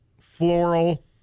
floral